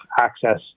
access